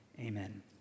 Amen